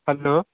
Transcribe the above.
hello